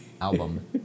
album